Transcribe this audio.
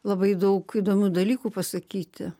labai daug įdomių dalykų pasakyti